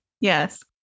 yes